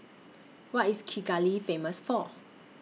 What IS Kigali Famous For